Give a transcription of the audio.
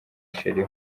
cherie